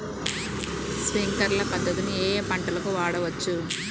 Sprinkler పద్ధతిని ఏ ఏ పంటలకు వాడవచ్చు?